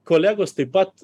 kolegos taip pat